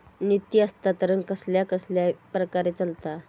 निधी हस्तांतरण कसल्या कसल्या प्रकारे चलता?